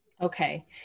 Okay